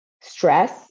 stress